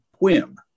whim